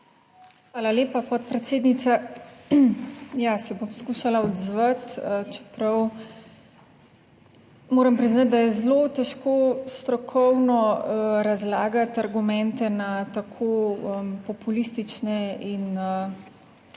Hvala lepa, podpredsednica. Ja, se bom skušala odzvati, čeprav moram priznati, da je zelo težko strokovno razlagati argumente na tako populistične in mestoma